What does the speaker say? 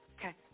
Okay